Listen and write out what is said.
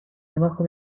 debajo